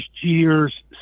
year's